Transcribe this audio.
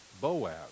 Boaz